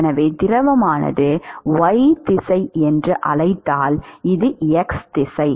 எனவே திரவமானது y திசை என்று அழைத்தால் இது x திசை